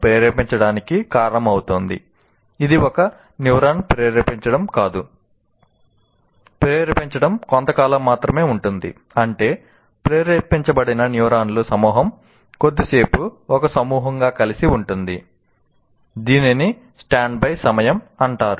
ప్రేరేపించడం కొంతకాలం మాత్రమే ఉంటుంది అంటే ప్రేరేపించబడిన న్యూరాన్ల సమూహం కొద్దిసేపు ఒక సమూహంగా కలిసి ఉంటుంది దీనిని స్టాండ్బై సమయం అంటారు